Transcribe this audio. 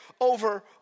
over